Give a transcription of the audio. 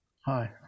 Hi